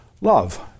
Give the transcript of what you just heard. love